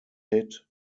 hit